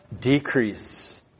decrease